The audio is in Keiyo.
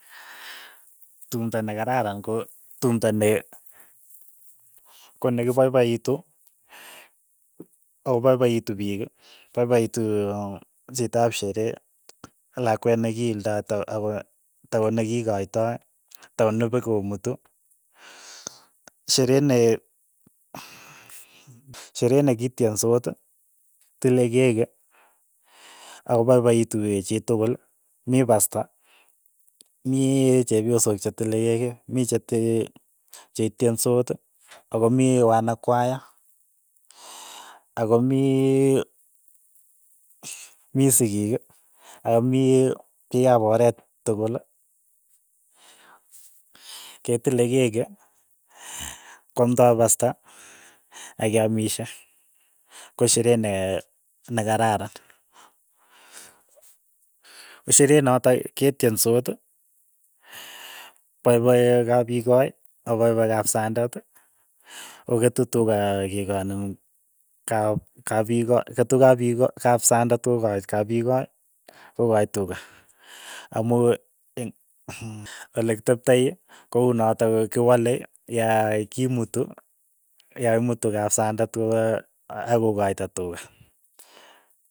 Tumto ne kararan ko tumto ne konekipaipaitu ako paipaitu piik, paipaitu chitap sheree, ak lakwet nekiildoi to ako takonekikoitoi. takonopo komutu. sheree ne sheree nekityensot tile keki, akopaipaitu pei chitukul, i pasta, mi chepyosok chetile keki, mi chetee chetyensoot, akomii wanakwaya, ako mii, mii sikiik, ako mii piik ap oret tukul, ketilei keki, kwamptai pasta. akeamishe, keshere ne nekararan, ko sheree notok ketyensoot, paipai kapikoi, ako paipai kapsandet, koketu tuka kikani kap kapikoi. ketu kapik kapsandet kokach kapikoi kokaach tuka, amu ing olekiteptoi ko unotok kiwolei ya kimutu ya imutu kapsandet kopa akokaito tuka.